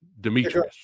demetrius